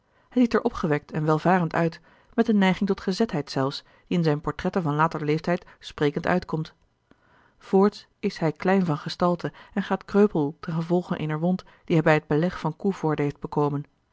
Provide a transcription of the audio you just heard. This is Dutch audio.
ziet er opgewekt en welvarend uit met eene neiging tot gezetheid zelfs die in zijne portretten van later leeftijd sprekend uitkomt voorts is hij klein van gestalte en gaat kreupel ten e eener wond die hij bij t beleg van koevorden heeft bekomen